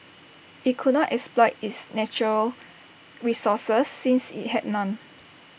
IT could not exploit its natural resources since IT had none